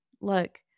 look